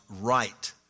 right